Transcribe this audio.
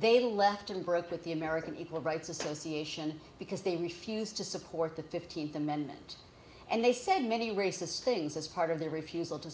they left and broke with the american equal rights association because they refused to support the fifteenth amendment and they said many racist things as part of their refusal to